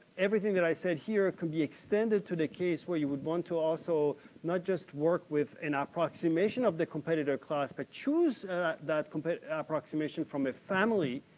everything that i said here could be extended to the case where you would want to also not just work within ah approximation of the competitor class but choose that ah approximation from a family.